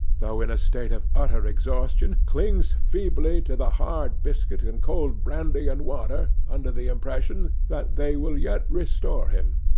though in a state of utter exhaustion, clings feebly to the hard biscuit and cold brandy and water, under the impression that they will yet restore him.